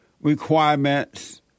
requirements